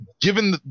given